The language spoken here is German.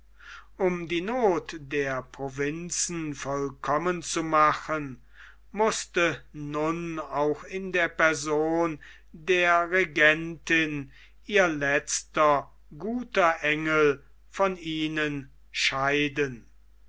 um die noth der provinzen vollkommen zu machen mußte nun auch in der person der regentin ihr letzter guter engel von ihnen scheiden